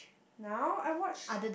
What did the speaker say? now I watch